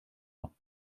nhw